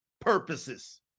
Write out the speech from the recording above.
purposes